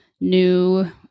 new